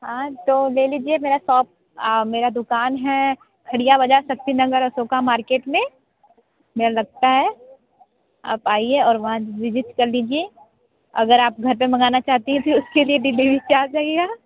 हाँ तो ले लीजिए मेरा शॉप मेरा दुकान है खरिया बाज़ार शक्तिनगर अशोक मार्केट में मेरा लगता है आप आइए और वहाँ विजिट कर लीजिए अगर आप घर पे मंगाना चाहती है तो उसके लिए डिलेवरी चार्ज लगेगा